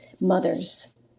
mothers